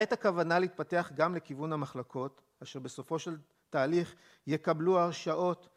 את הכוונה להתפתח גם לכיוון המחלקות אשר בסופו של תהליך יקבלו הרשאות